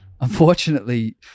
unfortunately